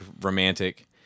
romantic